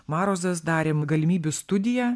marozas darėm galimybių studiją